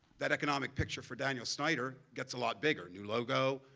that economic picture for daniel snyder gets a lot bigger, new logo,